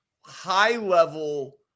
high-level